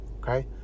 okay